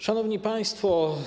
Szanowni Państwo!